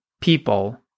people